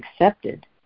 accepted